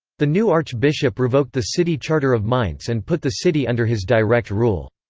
the new archbishop revoked the city charter of mainz and put the city under his direct rule.